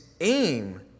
Aim